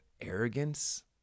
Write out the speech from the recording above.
arrogance